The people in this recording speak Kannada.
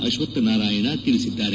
ಅಶ್ವತ್ವ ನಾರಾಯಣ ತಿಳಿಸಿದ್ದಾರೆ